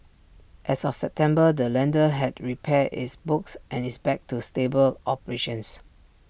as of September the lender had repaired its books and is back to stable operations